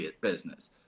business